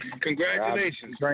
Congratulations